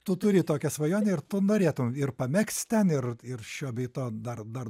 tu turi tokią svajonę ir tu norėtum ir pamėgs ten ir ir šio bei to dar dar